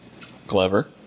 Clever